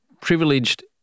privileged